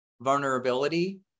vulnerability